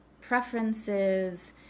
preferences